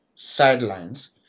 sidelines